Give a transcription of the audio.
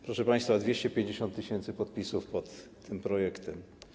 Proszę państwa, 250 tys. podpisów pod tym projektem.